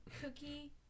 cookie